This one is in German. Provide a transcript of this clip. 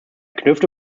knüpfte